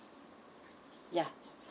ya